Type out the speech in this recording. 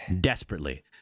desperately